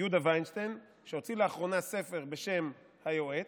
יהודה וינשטיין, שהוציא לאחרונה ספר בשם "היועץ".